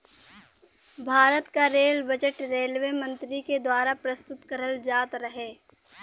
भारत क rail budget railway मंत्री के दवारा प्रस्तुत करल जात रहे